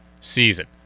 season